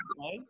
right